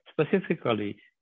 specifically